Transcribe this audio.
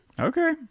Okay